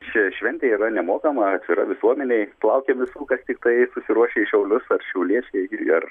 ši šventė yra nemokama atvira visuomenei laukiam visų kas tiktai susiruošę į šiaulius ar šiauliečiai ar